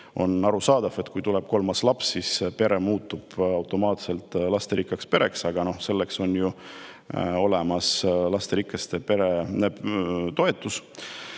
On arusaadav, et kui tuleb kolmas laps, siis pere muutub automaatselt lasterikkaks pereks, aga selleks on ju olemas lasterikaste perede toetus,